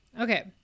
Okay